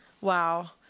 Wow